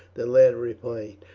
the lad replied.